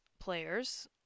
players